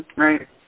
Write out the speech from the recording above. right